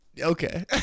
Okay